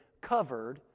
covered